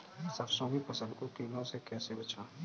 सरसों की फसल को कीड़ों से कैसे बचाएँ?